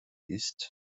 ist